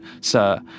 sir